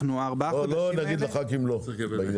לא נגיד לח"כים לא.